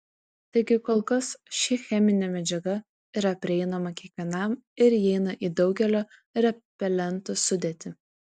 taigi kol kas ši cheminė medžiaga yra prieinama kiekvienam ir įeina į daugelio repelentų sudėtį